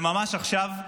וממש עכשיו,